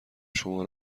شما